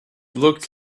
looked